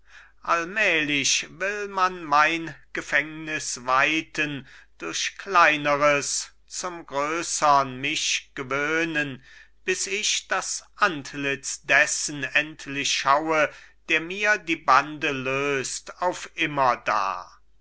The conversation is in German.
allmählich will man mein gefängnis weiten durch kleineres zum größern mich gewöhnen bis ich das antlitz dessen endlich schaue der mir die bande löst auf immerdar